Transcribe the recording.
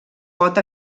pot